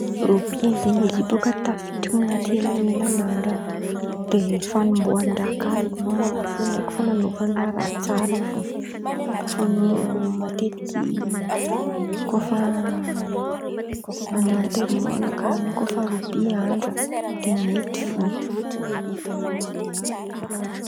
Robia zen̈y izy io bôka tafiditry an̈aty helanelan̈andra de fan̈omboahandra kà izy fan̈anaovan̈a raha tsara fo. Kô fa an̈ao matetiky kô fa an̈ano anteriman kô fa robia andra de mety fo.